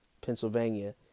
Pennsylvania